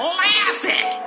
Classic